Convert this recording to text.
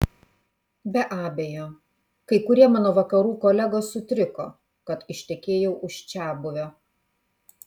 be abejo kai kurie mano vakarų kolegos sutriko kad ištekėjau už čiabuvio